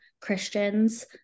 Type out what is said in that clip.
Christians